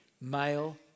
Male